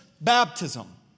baptism